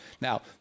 now